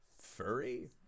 furry